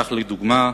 לדוגמה,